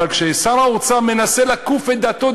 אבל כששר האוצר מנסה לכוף את דעתו,